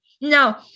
No